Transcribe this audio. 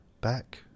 Back